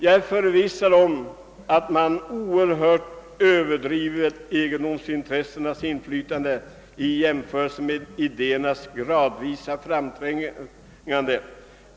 Jag är förvissad om att man oerhört överdriver egendomsintressenas inflytande i jämförelse med idéernas gradvisa framträngande.